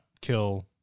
kill